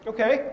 Okay